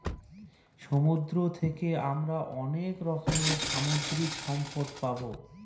সমুদ্র থাকে আমরা অনেক রকমের সামুদ্রিক সম্পদ পাবো